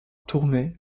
tournai